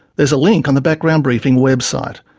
there's a link on the background briefing website.